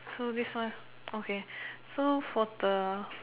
so this one okay so for the